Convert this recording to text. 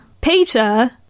peter